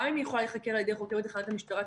גם אם היא יכולה להיחקר על ידי חוקרת בתחנת המשטרה,